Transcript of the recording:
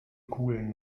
kugeln